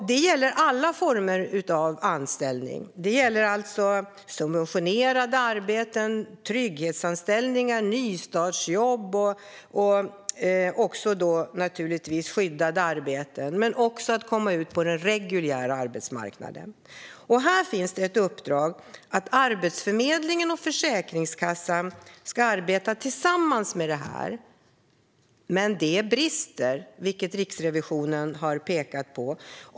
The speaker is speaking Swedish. Det gäller alla former av anställning, alltså subventionerade arbeten, trygghetsanställningar, nystartsjobb och skyddade arbeten, men också att komma ut på den reguljära arbetsmarknaden. Här finns ett uppdrag att Arbetsförmedlingen och Försäkringskassan ska arbeta tillsammans, men detta brister, vilket Riksrevisionen har pekat på.